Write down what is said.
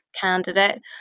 candidate